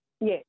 Yes